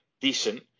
decent